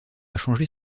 changer